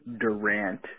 Durant